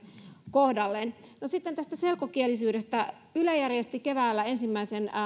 kohdalleen sitten tästä selkokielisyydestä yle järjesti keväällä ensimmäisen